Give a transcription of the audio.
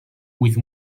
with